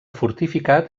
fortificat